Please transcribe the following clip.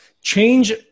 change